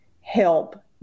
help